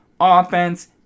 offense